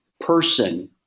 person